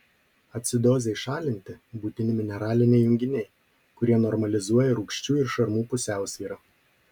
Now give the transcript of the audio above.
acidozei šalinti būtini mineraliniai junginiai kurie normalizuoja rūgščių ir šarmų pusiausvyrą